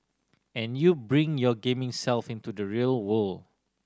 and you bring your gaming self into the real world